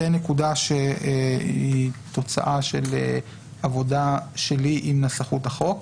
זו נקודה שהיא תוצאה של עבודה שלי עם נסחות החוק.